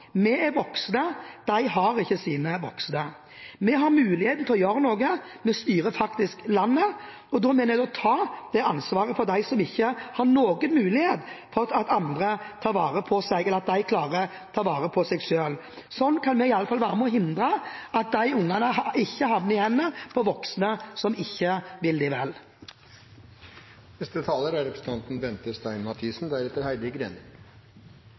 Vi er voksne – de har ikke sine voksne her. Vi har muligheten til å gjøre noe, vi styrer faktisk landet. Da mener jeg vi må ta ansvar for dem som ikke har noen mulighet til å la andre ta vare på seg, eller ikke klarer å ta vare på seg selv. Slik kan vi iallfall være med og hindre at disse ungene havner i hendene på voksne som ikke vil